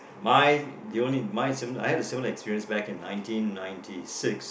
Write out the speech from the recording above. mine the only I had a similar experience back in nineteen ninety six